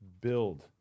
Build